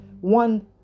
one